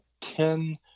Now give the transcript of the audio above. ten